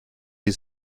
die